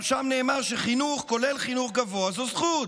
גם שם נאמר שחינוך, כולל חינוך גבוה, זאת זכות.